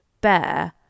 bear